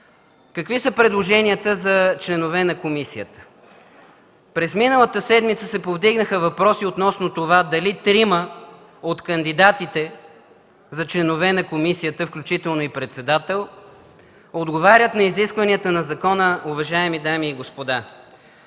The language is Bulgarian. Какви са предложенията за членове на комисията? През миналата седмица се повдигнаха въпроси относно това дали трима от кандидатите за членове на комисията, включително и председател, отговарят на изискванията на закона, уважаеми дами и господа.